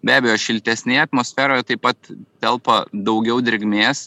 be abejo šiltesnėje atmosferoje taip pat telpa daugiau drėgmės